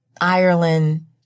Ireland